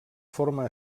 forma